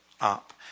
up